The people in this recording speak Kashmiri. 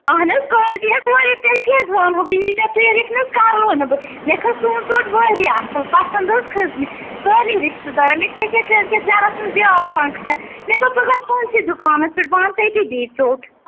اَہن حظ کالٹی حظ واریاہ تیٚلہِ کیٛاہ حظ وَنہو بہٕ ییٖتیٛاہ تعٲریٖف نہ حظ کَرہو نہٕ بہٕ مےٚ کھٔژ تُہنٛز ژوٚٹ واریاہ اَصٕل پَسنٛد حظ کھٔژ مےٚ سارنٕے رِشتہٕ دارَن مےٚ چھِ ییٚکیٛاہ کٲلکیٛتھ گَرَس منٛز بیٛاکھ فَنٛکشَن مےٚ دوٚپ بہٕ گژھِ تُہنٛدسٕے دُکانَس پٮ۪ٹھ بَہٕ انہٕ تٔتی بیٚیہِ ژوٚٹ